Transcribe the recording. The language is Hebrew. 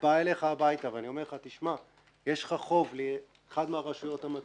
בא אליך הביתה ואני אומר לך שמע: יש לך חוב לאחת מהרשויות המקומיות.